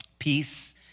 Peace